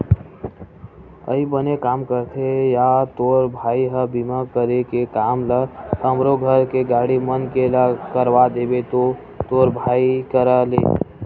अई बने काम करथे या तोर भाई ह बीमा करे के काम ल हमरो घर के गाड़ी मन के ला करवा देबे तो तोर भाई करा ले